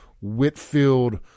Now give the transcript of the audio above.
Whitfield